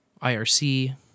IRC